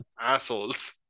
assholes